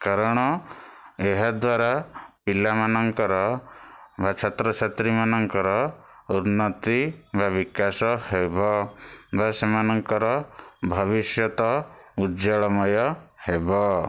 କାରଣ ଏହାଦ୍ଵାରା ପିଲାମାନଙ୍କର ବା ଛାତ୍ର ଛାତ୍ରୀମାନଙ୍କର ଉନ୍ନତି ବା ବିକାଶ ହେବ ବା ସେମାନଙ୍କର ଭବିଷ୍ୟତ ଉଜ୍ଜଳମୟ ହେବ